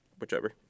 whichever